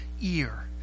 ear